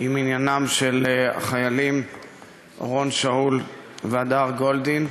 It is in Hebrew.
עם עניינם של החיילים אורון שאול והדר גולדין.